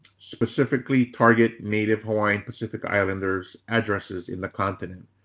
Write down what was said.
specifically target native hawaiian pacific islanders addresses in the continent.